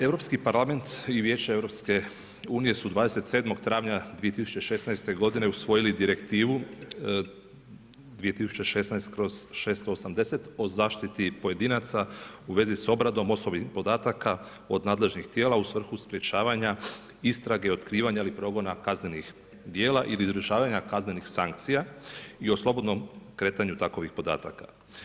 Europski parlament i Vijeće EU su 27. travnja 2016. godine usvojili Direktivu 2016./680 o zaštiti pojedinaca u vezi s obradom osobnih podataka od nadležnih tijela u svrhu sprječavanja istrage i otkrivanja ili progona kaznenih djela ili izvršavanja kaznenih sankcija i o slobodnom kretanju takvih podataka.